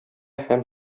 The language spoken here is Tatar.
һәм